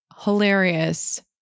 hilarious